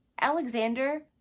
Alexander